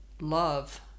love